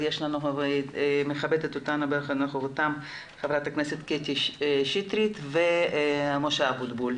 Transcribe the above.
אבל מכבדים אותנו בנוכחותם ח"כ קטי שטרית וח"כ משה אבוטבול.